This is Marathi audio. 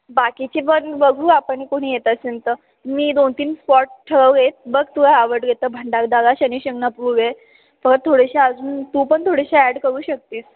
बाकीची पण बघू आपण कोणी येत असेन तर मी दोन तीन स्पॉट ठरवले आहेत बघ तुला आवडले तर भंडारदरा शनिशिंगणापूर आहे फक्त थोडेशी अजून तू पण थोडेशी ॲड करू शकतेस